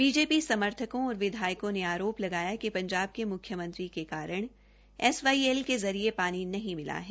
BJP समर्थकों और विधायकों ने आरोप लगाया कि पंजाब के मुख्यमंत्री के कारण एसवाईएल के जरिए पानी नहीं मिला है